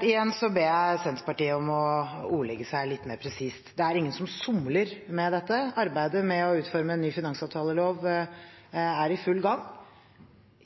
Igjen ber jeg Senterpartiet om å ordlegge seg litt mer presist. Det er ingen som somler med dette. Arbeidet med å utforme en ny finansavtalelov er i full gang.